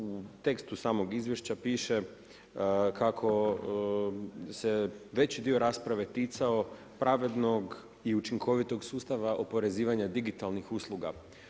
U tekstu samog izvješća piše kako se veći dio rasprave ticao pravednog i učinkovitog sustava oporezivanja digitalnih usluga.